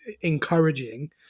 encouraging